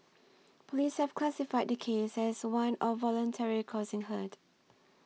police have classified the case as one of voluntarily causing hurt